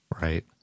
right